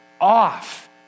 off